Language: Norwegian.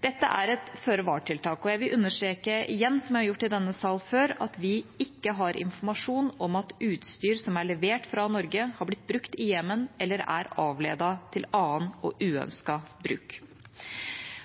Dette er et føre-var-tiltak, og jeg vil understreke igjen, som jeg har gjort i denne sal før, at vi ikke har informasjon om at utstyr som er levert fra Norge, har blitt brukt i Jemen eller er avledet til annet og uønsket bruk.